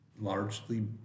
largely